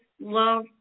love